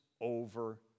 over